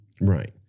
Right